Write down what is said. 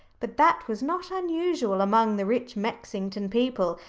but that was not unusual among the rich mexington people,